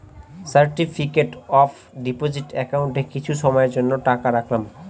certificate of deposit একাউন্টে কিছু সময়ের জন্য টাকা রাখলাম